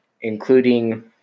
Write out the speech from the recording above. including